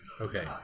Okay